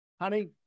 honey